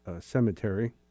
cemetery